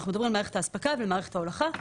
אנחנו מדברים על מערכת האספקה ועל מערכת ההולכה.